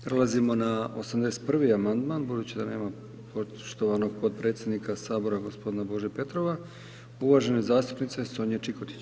Prelazimo na 81. amandman budući da nema poštovanog podpredsjednika sabora gospodina Bože Petrova, uvažene zastupnice Sonje Čikotić.